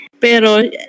pero